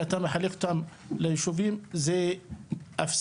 שאתה מחלק אותם ליישובים זה אפסי,